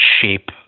shape